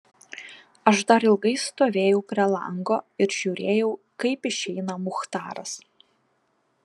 aš dar ilgai stovėjau prie lango ir žiūrėjau kaip išeina muchtaras